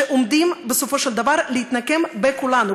שעומדים בסופו של דבר להתנקם בכולנו,